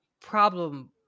problem